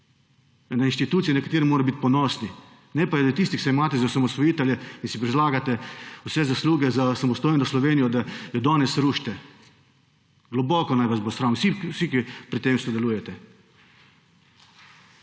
Ena inštitucija, na katero moramo biti ponosni. Ne pa, da tisti, ki se imate za osamosvojitelje in si prisvajate(?) vse zasluge za samostojno Slovenijo, da jo danes rušite. Globoko naj vas bo sram, vsi, ki pri tem sodelujete.